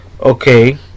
Okay